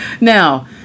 Now